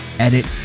edit